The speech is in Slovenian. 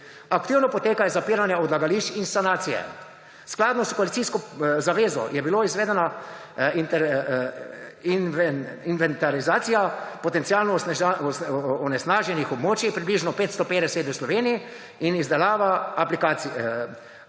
Aktivno potekajo zapiranja odlagališč in sanacije. Skladno s koalicijsko zavezo je bila izvedena inventarizacija potencialno onesnaženih območij, približno 550, v Sloveniji in izdelana aplikacija.